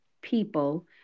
people